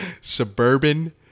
suburban